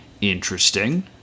Interesting